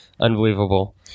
unbelievable